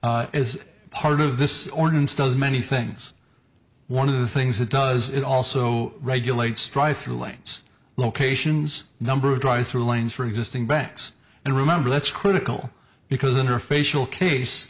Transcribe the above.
as part of this ordinance does many things one of the things it does it also regulates strive through lanes locations number of drive through lanes for existing banks and remember that's critical because in her facial case